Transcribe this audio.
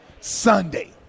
Sunday